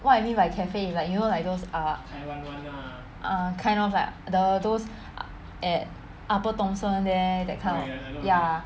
what I mean by cafe is like you like those err ah kind of lah the those at upper thomson there that kind of ya